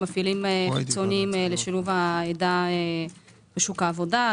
מפעילים חיצוניים לשילוב העדה בשוק העבודה,